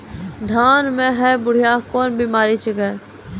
धान म है बुढ़िया कोन बिमारी छेकै?